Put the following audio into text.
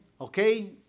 okay